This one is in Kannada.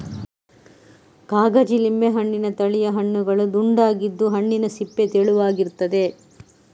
ಕಾಗಜಿ ಲಿಂಬೆ ಹಣ್ಣಿನ ತಳಿಯ ಹಣ್ಣುಗಳು ದುಂಡಗಿದ್ದು, ಹಣ್ಣಿನ ಸಿಪ್ಪೆ ತೆಳುವಾಗಿರ್ತದೆ